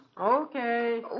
Okay